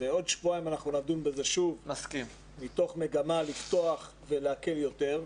בעוד שבועיים אנחנו נדון בזה שוב מתוך מגמה לפתוח ולהקל יותר.